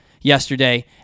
yesterday